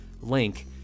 link